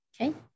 Okay